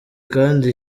kandi